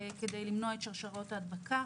כדי למנוע את שרשראות ההדבקה.